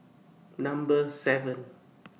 Number seven